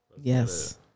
Yes